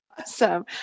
Awesome